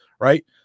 Right